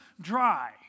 dry